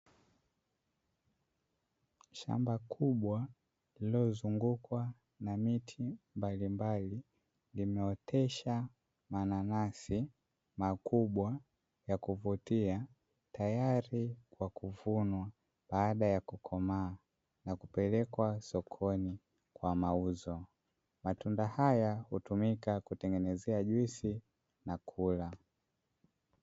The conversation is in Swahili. Shamba kubwa linalotumia kifaa cha kosas linaotesha mananasi makubwa kwaajili yakupeleka shambani